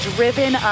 Driven